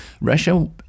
Russia